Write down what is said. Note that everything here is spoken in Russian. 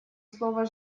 слово